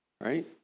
Right